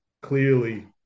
clearly